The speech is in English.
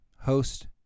host